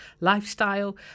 lifestyle